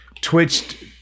twitched